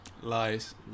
lies